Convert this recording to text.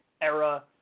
era